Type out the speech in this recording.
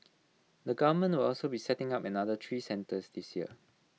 the government will also be setting up another three centres this year